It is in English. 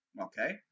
Okay